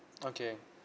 okay